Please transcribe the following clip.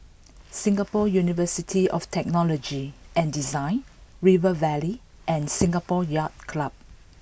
Singapore University of Technology and Design River Valley and Singapore Yacht Club